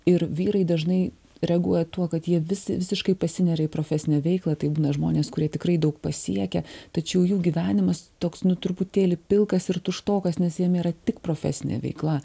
ir vyrai dažnai reaguoja tuo kad jie vis visiškai pasineria į profesinę veiklą tai būna žmonės kurie tikrai daug pasiekia tačiau jų gyvenimas toks nu truputėlį pilkas ir tuštokas nes jame yra tik profesinė veikla